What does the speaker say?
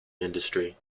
industry